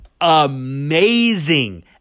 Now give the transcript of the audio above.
amazing